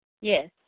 Yes